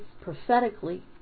prophetically